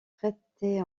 traités